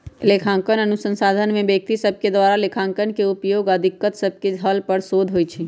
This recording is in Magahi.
लेखांकन अनुसंधान में व्यक्ति सभके द्वारा लेखांकन के उपयोग आऽ दिक्कत सभके हल पर शोध होइ छै